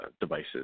devices